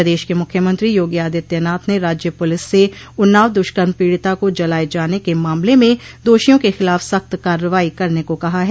प्रदेश के मुख्यमंत्री योगी आदित्यनाथ ने राज्य पुलिस से उन्नाव दुष्कर्म पीड़िता को जलाये जाने के मामले में दोषियों के खिलाफ सख्त कार्रवाई करने को कहा है